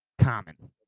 common